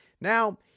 Now